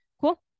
Cool